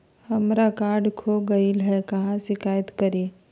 हमरा कार्ड खो गई है, कहाँ शिकायत करी?